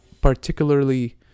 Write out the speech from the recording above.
particularly